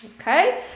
okay